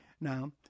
Now